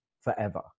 forever